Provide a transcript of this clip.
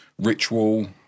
ritual